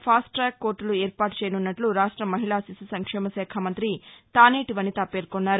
fast track కోర్టులు ఏర్పాటు చేయనున్నట్ల రాష్ట మహిళా శిశు సంక్షేమశాఖ మంతి తానేటి వనిత పేర్కొన్నారు